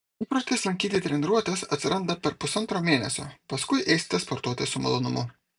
įprotis lankyti treniruotes atsiranda per pusantro mėnesio paskui eisite sportuoti su malonumu